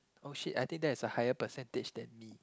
oh shit I think that's a higher percentage than me